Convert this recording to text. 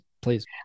Please